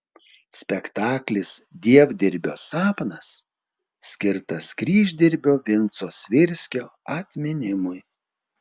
spektaklis dievdirbio sapnas skirtas kryždirbio vinco svirskio atminimui